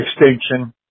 extinction